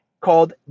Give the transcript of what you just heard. called